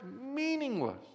meaningless